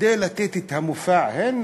כדי לתת את המופע: הנה,